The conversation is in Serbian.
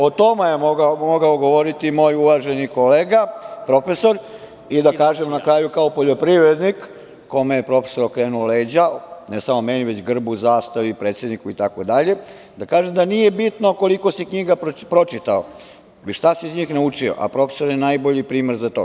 O tome je mogao govoriti moj uvaženi kolega, profesor, i da kažem na kraju kao poljoprivrednik, kome je profesor okrenuo leđa, ne samo meni već grbu, zastavi, predsedniku, itd, da kažem da nije bitno koliko se knjiga pročitao, već šta si ih njih naučio, a profesor je najbolji primer za to.